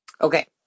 Okay